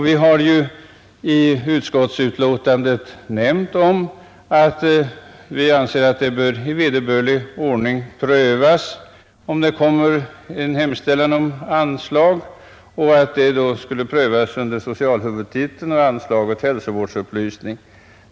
Vi har också i utskottets betänkande framhållit, att om det kommer in en hemställan om anslag, så bör den prövas inom ramen för det under femte huvudtiteln uppförda anslaget Hälsovårdsupplysning.